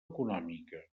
econòmica